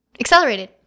Accelerated